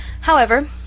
However